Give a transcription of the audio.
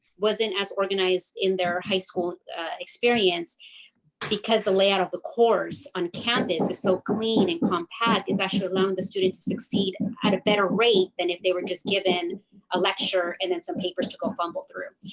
wasn't as organized in their high school experience because the layout of the course on campus is so clean and compact, it's actually allowing the students to succeed and at a better rate than if they were just given a lecture and then some papers to go fumble through.